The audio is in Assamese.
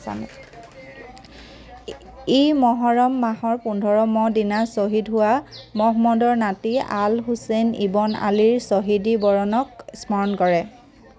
ই মহৰম মাহৰ পোন্ধৰ ম দিনা শ্বহীদ হোৱা মহম্মদৰ নাতি আল হোছেন ইবন আলীৰ শ্বহীদী বৰণক স্মৰণ কৰে